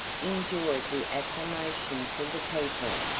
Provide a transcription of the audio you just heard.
enjoyed the acclamations of the people,